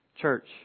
Church